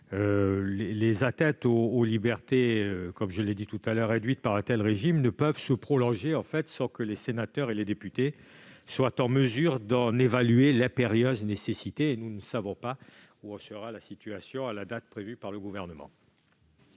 les atteintes aux libertés induites par un tel régime ne peuvent se prolonger sans que les sénateurs et les députés soient en mesure d'en évaluer l'impérieuse nécessité. Or nous ne savons pas où en sera la situation à la date prévue par le Gouvernement.